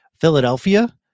Philadelphia